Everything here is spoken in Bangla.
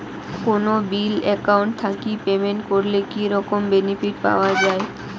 কোনো বিল একাউন্ট থাকি পেমেন্ট করলে কি রকম বেনিফিট পাওয়া য়ায়?